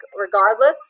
regardless